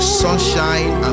sunshine